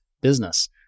business